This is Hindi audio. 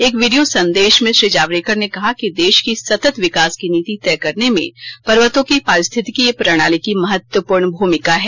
एक वीडियो संदेश में श्री जावडेकर ने कहा है कि देश की सतत विकास की नीति तय करने में पर्वतों की पारिस्थितिकी प्रणाली की महत्वपूर्ण भूमिका है